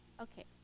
Okay